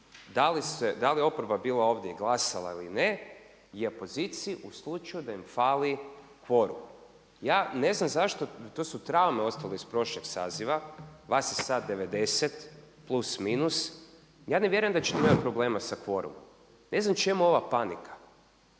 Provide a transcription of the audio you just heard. da li je oporba bila ovdje i glasala ili ne je poziciji u slučaju da im fali kvorum. Ja ne znam zašto, to su traume ostale iz prošlog saziva. Vas je sad 90 plus/minus i ja ne vjerujem da ćete imati problema sa kvorumom. Ne znam čemu ova panika?